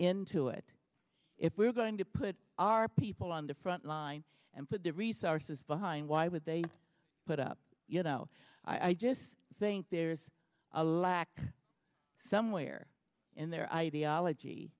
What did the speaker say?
into it if we're going to put our people on the front line and put the resources behind why would they put up you know i just think there's a lack somewhere in their ideology